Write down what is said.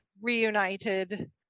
reunited